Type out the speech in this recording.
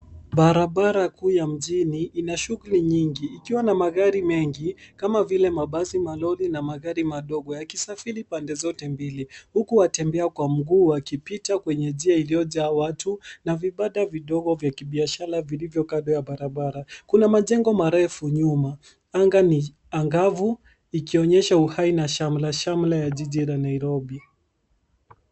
Barabara kuu ya mjini ina shuguli nyingi ikiwa na magari mengi kama vile mabasi malori na magari madogo yakisafiri pande zote mbili, huku watembea kwa miguu wakipita kwenye njia iliyojaa watu na vibanda vidogo vya kibiashara vilivyokando ya barabara. Kuna majengo marefu nyuma, anga ni angavu ikionyesha uhai na shamrashamra la jiji la Nairobi.